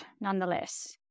nonetheless